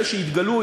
אלה שהתגלו,